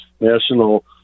national